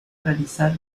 realizar